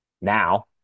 now